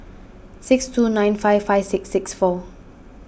six two nine five five six six four